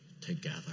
together